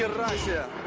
russia